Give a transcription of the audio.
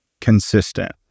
consistent